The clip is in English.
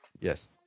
Yes